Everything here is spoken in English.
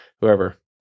whoever